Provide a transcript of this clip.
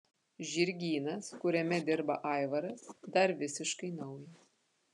žirgynas kuriame dirba aivaras dar visiškai naujas